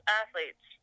athletes